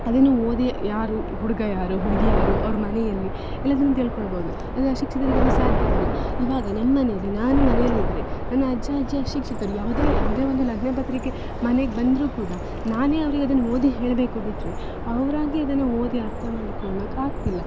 ಅದನ್ನು ಓದಿ ಯಾರು ಹುಡುಗ ಯಾರು ಹುಡುಗಿ ಯಾರು ಅವ್ರ ಮನೆ ಎಲ್ಲಿ ಎಲ್ಲದನ್ನು ತಿಳಕೊಳ್ಬೌದು ಆದರೆ ಅಶಿಕ್ಷಿತರಿಗದು ಸಾಧ್ಯವಿಲ್ಲ ಇವಾಗ ನಮ್ಮನೆಯಲ್ಲಿ ನಾನು ಮನೆಯಲ್ಲಿದ್ದರೆ ನನ್ನ ಅಜ್ಜ ಅಜ್ಜಿ ಅಶಿಕ್ಷಿತರು ಯಾವುದೇ ಯಾವುದೇ ಒಂದು ಲಗ್ನಪತ್ರಿಕೆ ಮನೆಗೆ ಬಂದರು ಕೂಡ ನಾನೇ ಅವ್ರಿಗೆ ಅದನ್ನು ಓದಿ ಹೇಳಬೇಕು ಬಿಟ್ಟರೆ ಅವರಾಗೆ ಅದನ್ನು ಓದಿ ಅರ್ಥ ಮಾಡಿಕೊಳ್ಳೋಕೆ ಆಗ್ತಿಲ್ಲ